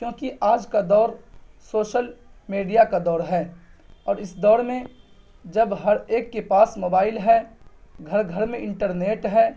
کیونکہ آج کا دور سوش میڈیا کا دور ہے اور اس دور میں جب ہر ایک کے پاس موبائل ہے گھر گھر میں انٹر نیٹ ہے